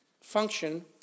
function